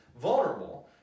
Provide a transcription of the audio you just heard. vulnerable